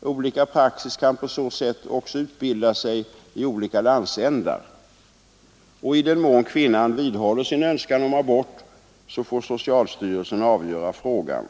Olika praxis kan på så sätt också utbilda sig i olika landsändar. I den mån kvinnan vidhåller sin önskan om abort får socialstyrelsen avgöra frågan.